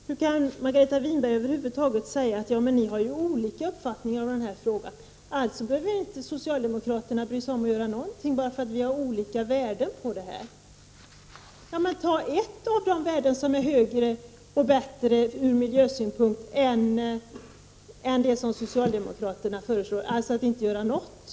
Hur kan Margareta Winberg över huvud taget säga: Ni har ju olika uppfattningar i den här frågan, och då behöver socialdemokraterna inte bry sig om att göra någonting, eftersom det finns olika värden. Men ta då ett av de värden som är högre och som är bättre ur miljösynpunkt hellre än att göra det som socialdemokraterna föreslår, nämligen att inte göra någonting!